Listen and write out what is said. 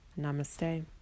Namaste